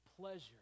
pleasure